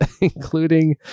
including